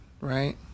right